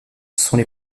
sont